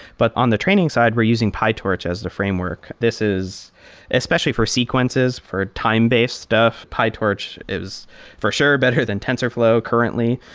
but on the training side, we're using pytorch as the framework. this is especially for sequences, for time-based stuff, pytorch is for sure better than tensorflow currently.